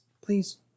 please